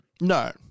no